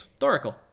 Thoracle